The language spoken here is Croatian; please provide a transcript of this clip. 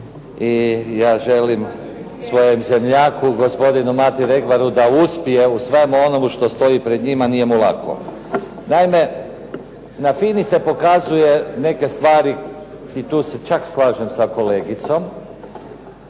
i ja želim svojom zemljaku gospodinu Mati Regvaru da uspije u svemu onome što stoji pred njim, a nije mu lako. Naime, na FINA-i se pokazuje neke stvari, i tu se čak slažem sa kolegicom,